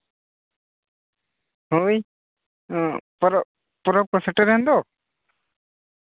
ᱦᱳᱭ ᱯᱚᱨᱚᱵᱽ ᱠᱚ ᱥᱮᱴᱮᱨ ᱮᱱ ᱫᱚ